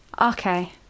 Okay